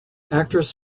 actress